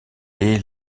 est